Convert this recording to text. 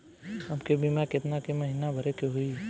हमके बीमा केतना के महीना भरे के होई?